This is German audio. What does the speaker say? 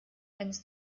eines